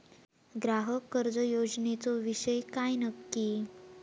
ग्राहक कर्ज योजनेचो विषय काय नक्की?